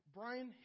Brian